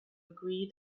agree